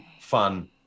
fun